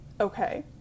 Okay